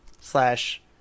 slash